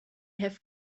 have